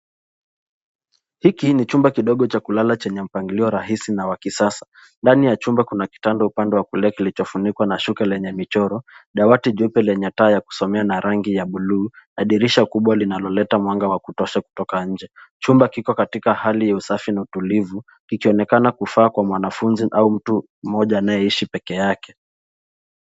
Hiki ni chumba kidogo cha kulala chenye mpangilio rahisi na wa kisasa. Ndani ya chumba kuna kitanda upande wa kulia kilichofunikwa na shuka lenye michoro. Dawati jeupe lenye taa ya kusomea na rangi ya buluu na dirisha kubwa linaloleta mwanga wa kutosha kutoka nje. Chumba kiko katika hali ya usafi na utulivu kikionekana kufaa kwa mwanafunzi au mtu mmoja anayeishi pekee yake.